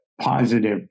positive